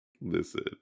listen